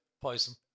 Poison